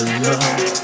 love